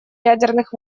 ядерных